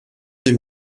deux